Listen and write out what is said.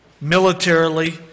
militarily